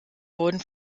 wurden